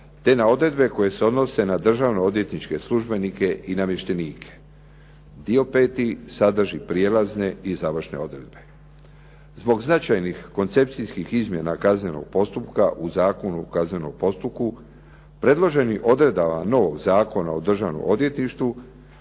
te na odredbe koje se odnose na državno-odvjetničke službenike i namještenike. Dio peti sadrži prijelazne i završne odredbe. Zbog značajnih koncepcijskih izmjena kaznenog postupka u Zakonu o kaznenom postupku, predloženim odredbama novog Zakona o državnom odvjetništvu,